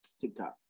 TikTok